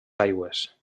aigües